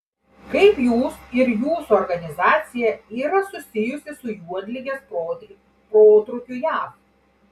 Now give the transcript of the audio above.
kaip jūs ir jūsų organizacija yra susijusi su juodligės protrūkiu jav